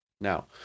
Now